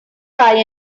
buy